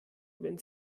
wenn